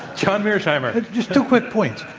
john mearsheimer? just two quick points.